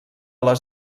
les